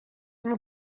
mae